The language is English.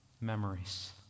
memories